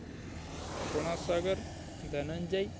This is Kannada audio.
ಕುಮಾರ್ ಸಾಗರ್ ಧನಂಜಯ್